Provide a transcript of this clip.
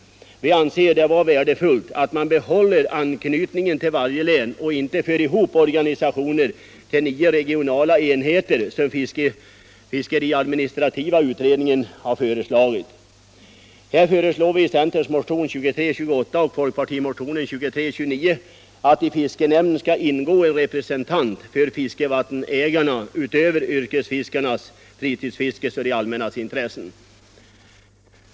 Vi anser det vara värdefullt att man behåller anknytningen till varje län och inte för ihop organisationer till nio regionala enheter, som fiskeadministrativa utredningen föreslagit. Här föreslår vi i centerns motion 2328 att i fiskenämnden skall ingå en representant för fiskevattenägarna utöver representanterna för yrkesfiskarna, fritidsfiskarna och de allmänna intressena.